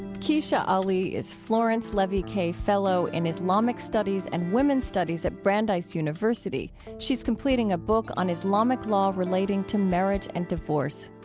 kecia ali is florence levy kay fellow in islamic studies and women's studies at brandeis university. she's completing a book on islamic law relating to marriage and divorce.